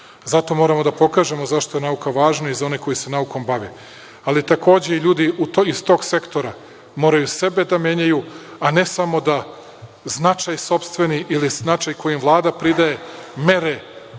moramo da pokažemo zašto je nauka važna i za one koji se naukom bave. Ali, takođe i ljudi iz tog sektora moraju sebe da menjaju, a ne samo da značaj sopstveni ili značaj koji im Vlada pridaje mere